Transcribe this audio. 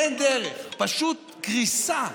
אין דרך, פשוט קריסה.